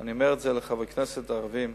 אני אומר את זה לחברי הכנסת הערבים,